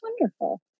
wonderful